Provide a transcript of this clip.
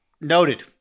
noted